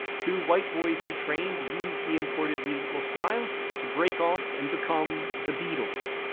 two white boys he trained used the imported musical style to break off and become the beatles.